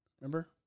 Remember